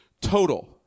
total